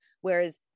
whereas